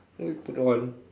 so we put on